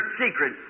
secret